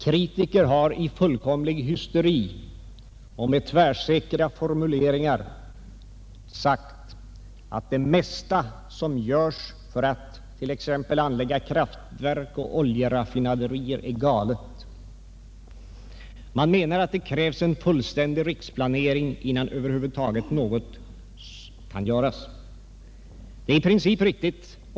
Kritiker har i fullkomlig hysteri och med tvärsäkra formuleringar sagt att det mesta som görs för att t.ex. anlägga kraftverk och oljeraffina Allmänpolitisk debatt Allmänpolitisk debatt derier är galet. Man menar att det krävs en fullständig riksplanering innan över huvud taget något kan göras. Det är i princip riktigt.